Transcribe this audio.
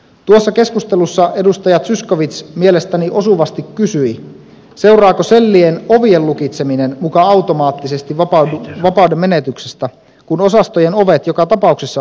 tuossa keskustelussa edustaja zyskowicz mielestäni osuvasti kysyi seuraako sellien ovien lukitseminen muka automaattisesti vapauden menetyksestä kun osastojen ovet joka tapauksessa ovat lukossa